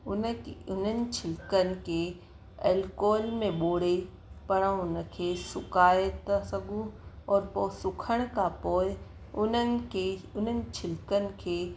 उन खे उन्हनि छिलिकनि के एल्कोल में ॿोड़े पाण सुकाए था सघूं और पोइ सुखण खां पोइ उन्हनि के उन्हनि छिलिकनि खे